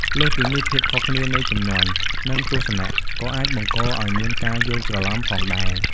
លើសពីនេះ ភាពខុសគ្នានៃជំនាន់ និងទស្សនៈ ក៏អាចបង្កឱ្យមានការយល់ច្រឡំផងដែរ។